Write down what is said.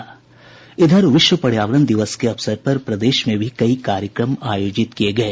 विश्व पर्यावरण दिवस के अवसर पर प्रदेश में भी कई कार्यक्रम आयोजित किये गये